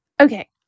Okay